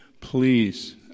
please